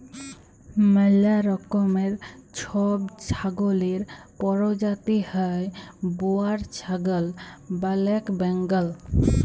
ম্যালা রকমের ছব ছাগলের পরজাতি হ্যয় বোয়ার ছাগল, ব্যালেক বেঙ্গল